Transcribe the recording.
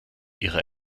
ihre